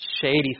shady